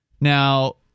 Now